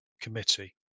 Committee